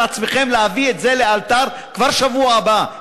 עצמכם להביא את זה לאלתר כבר בשבוע הבא.